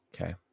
Okay